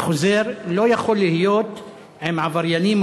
אני חוזר: לא יכול להיות עם עבריינים,